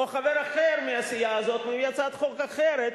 או חבר אחר מהסיעה הזאת מביא הצעת חוק אחרת,